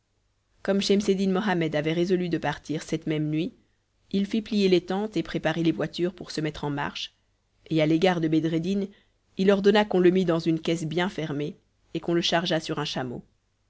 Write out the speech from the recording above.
comme schemseddin mohammed avait résolu de partir cette même nuit il fit plier les tentes et préparer les voitures pour se mettre en marche et à l'égard de bedreddin il ordonna qu'on le mît dans une caisse bien fermée et qu'on le chargeât sur un chameau